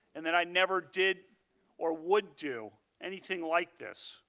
and that i never did or would do anything like this.